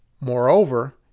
Moreover